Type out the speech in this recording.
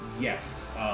Yes